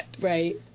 Right